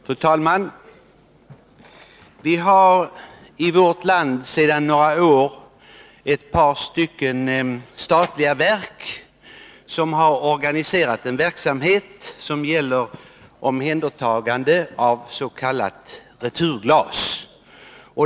Fru talman! Ett par statliga verk i vårt land har organiserat en verksamhet som gäller omhändertagande av s.k. returglas.